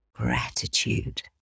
Gratitude